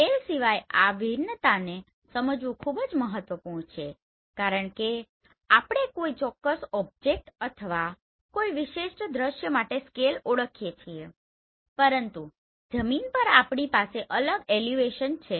scale સિવાય આ ભિન્નતાને સમજવું ખૂબ જ મહત્વપૂર્ણ છે કારણ કે આપણે કોઈ ચોક્કસ ઓબ્જેક્ટ અથવા કોઈ વિશિષ્ટ દ્રશ્ય માટે સ્કેલ ઓળખીએ છીએ પરંતુ જમીન પર આપણી પાસે અલગ એલીવેસન છે